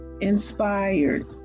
inspired